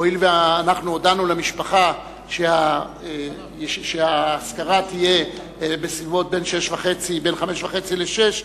הואיל ואנחנו הודענו למשפחה שהאזכרה תהיה בין 17:30 ל-18:00,